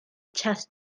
chess